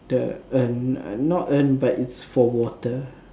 the urn uh not urn but it's for water